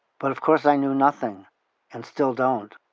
but of course i knew nothing and still don't,